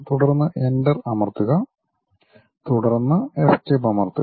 തുടർന്ന് എൻ്റർ അമർത്തുക തുടർന്ന് എസ്കേപ്പ് അമർത്തുക